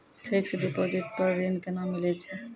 Fixed deposit पर ऋण केना मिलै छै?